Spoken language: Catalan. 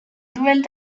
duent